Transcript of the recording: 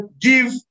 give